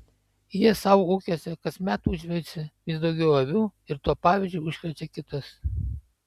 jie savo ūkiuose kasmet užveisia vis daugiau avių ir tuo pavyzdžiu užkrečia kitus